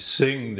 sing